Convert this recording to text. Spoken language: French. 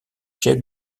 chef